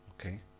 Okay